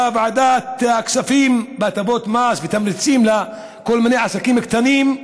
בוועדת הכספים דנו בהטבות מס ותמריצים לכל מיני עסקים קטנים,